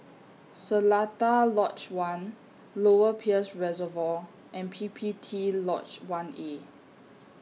Seletar Lodge one Lower Peirce Reservoir and P P T Lodge one A